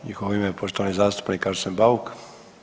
U njihovo ime poštovani zastupnik Arsen Bauk.